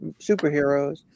superheroes